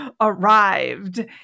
arrived